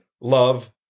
love